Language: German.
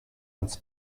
ans